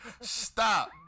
Stop